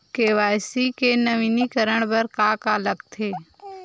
KYC नवीनीकरण बर का का लगथे?